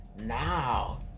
Now